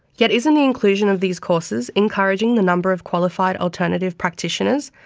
yet, isn't the inclusion of these courses encouraging the number of qualified alternative practitioners,